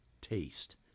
taste